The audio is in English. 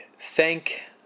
thank